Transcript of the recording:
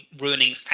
ruining